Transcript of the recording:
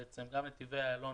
כאשר גם נתיבי איילון